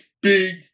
big